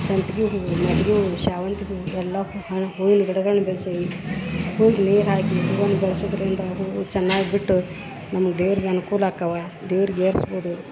ಸಂಪ್ಗೆ ಹೂ ಮಲ್ಗೆ ಹೂ ಶಾವಂತ್ಗೆ ಹೂ ಎಲ್ಲ ಹೂ ಹಣ್ಣು ಹೂವಿನ ಗಿಡಗಳ್ನ ಬೆಳ್ಸೇವಿ ಗಿಡುಗಳ್ನ ಬೆಳ್ಸುದರಿಂದ ಹೂವು ಚೆನ್ನಾಗಿ ಬಿಟ್ಟು ನಮ್ಮ ದೇವ್ರ್ಗ ಅನುಕೂಲ ಆಕ್ಕವ ದೇವ್ರಿಗೆ ಏರ್ಸ್ಬೋದು